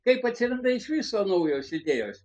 kaip atsiranda iš viso naujos idėjos